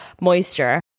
moisture